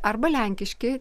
arba lenkiški